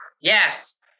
Yes